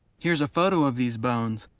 here's a photo of these bones,